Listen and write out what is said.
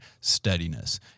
steadiness